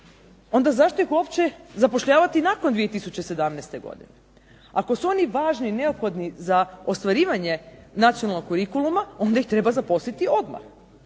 godine zašto ih uopće zapošljavati nakon 2017. godine. Ako su oni važni neophodni za ostvarivanje nacionalnog kurikuluma onda ih treba zaposliti odmah.